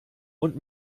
und